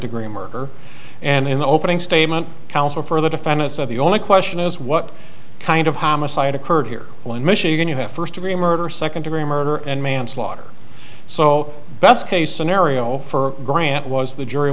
degree murder and in the opening statement counsel for the defendant said the only question is what kind of homicide occurred here in michigan you have first degree murder second degree murder and manslaughter so best case scenario for grant was the jury